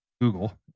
Google